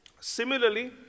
Similarly